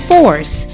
Force